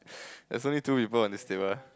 that's only two reborn this table